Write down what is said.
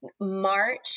March